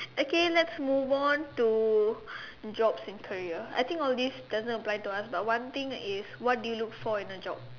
okay let's move on to jobs and career I think all these doesn't apply to us but one thing is what do you look for in a job